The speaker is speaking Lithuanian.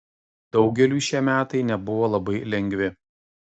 daugeliui šie metai nebuvo labai lengvi